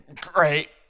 great